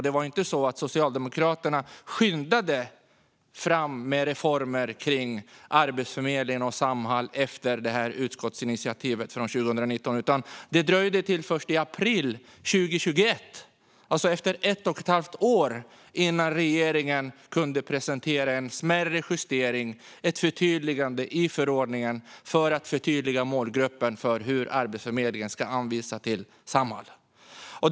Det var inte så att Socialdemokraterna skyndade fram med reformer för Arbetsförmedlingen och Samhall efter utskottsinitiativet från 2019, utan det dröjde till först i april 2021 - efter ett och ett halvt år - innan regeringen kunde presentera en smärre justering i förordningen för att förtydliga målgruppen för Arbetsförmedlingens anvisningar till Samhall. Fru talman!